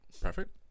perfect